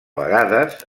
vegades